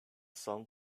song